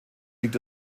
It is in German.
liegt